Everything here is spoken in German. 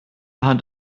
hand